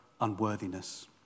unworthiness